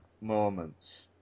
moments